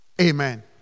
Amen